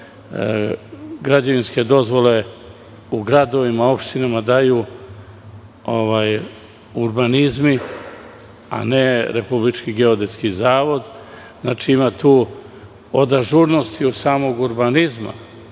Građevinske dozvole u gradovima, opštinama daju urbanizmi a ne Republički geodetski zavod. Od ažurnosti od samog urbanizma